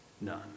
none